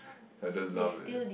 I just laugh at them